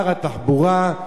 אני קורא לשר התחבורה להתעורר,